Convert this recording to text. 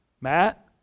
Matt